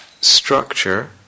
structure